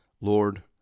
Lord